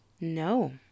no